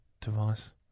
device